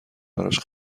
براش